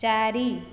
ଚାରି